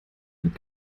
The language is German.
mit